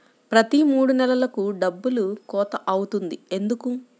ప్రతి మూడు నెలలకు డబ్బులు కోత అవుతుంది ఎందుకు?